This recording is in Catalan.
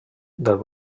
del